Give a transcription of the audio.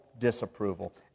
disapproval